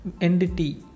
entity